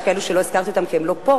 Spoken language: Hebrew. יש שרים שלא הזכרתי אותם כי הם לא פה,